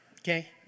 Okay